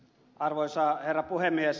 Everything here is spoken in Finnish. arvoisa herra puhemies